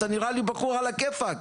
אתה נראה לי בחור על הכיפק.